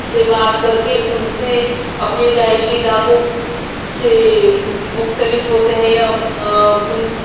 سے بات کر کے ان سے اپنے رہائشی علاقوں سے مختلف ہوتے ہیں یا ان کی